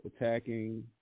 attacking